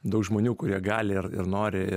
daug žmonių kurie gali ir ir nori